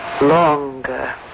longer